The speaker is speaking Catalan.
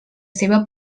seva